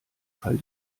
fall